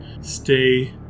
stay